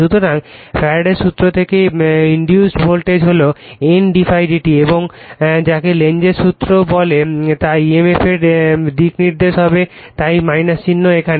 সুতরাং ফ্যারাডেস সূত্র থেকে ইনডিউসড ভোল্টেজ হল N d∅dt এবং বা যাকে লেঞ্জ এর সূত্র বলে তা emf এর দিকনির্দেশ দেবে তাই চিহ্ন এখানে